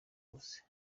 hose